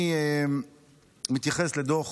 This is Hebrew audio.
אני מתייחס לדוח